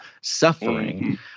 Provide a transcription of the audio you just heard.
suffering